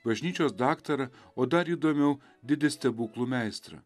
bažnyčios daktarą o dar įdomiau didį stebuklų meistrą